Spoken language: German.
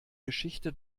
geschichte